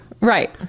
Right